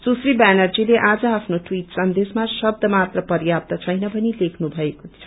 सुश्री ब्यानर्जीले आज आफ्नो ट्वीट संदेशमा शब्द मात्र पर्याप्त छैन भनि लेख्नुभएको छ